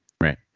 Right